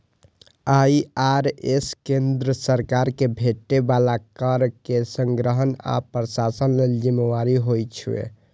IRS केंद्र सरकार कें भेटै बला कर के संग्रहण आ प्रशासन लेल जिम्मेदार होइ छै